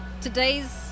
today's